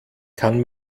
kann